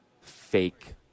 fake